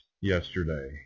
yesterday